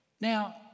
Now